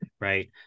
right